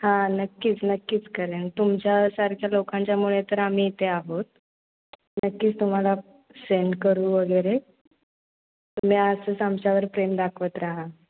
हां नक्कीच नक्कीच करेन तुमच्यासारख्या लोकांच्यामुळे तर आम्ही इथे आहोत नक्कीच तुम्हाला सेंड करू वगैरे तुम्ही असंच आमच्यावर प्रेम दाखवत रहा